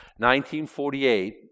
1948